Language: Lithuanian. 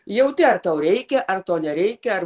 jauti ar tau reikia ar to nereikia ar